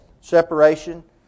separation